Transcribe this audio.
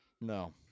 No